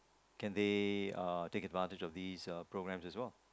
can they uh take advantage of these uh programs as well